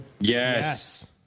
Yes